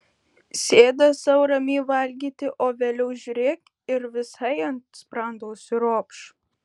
sėda sau ramiai valgyti o vėliau žiūrėk ir visai ant sprando užsiropš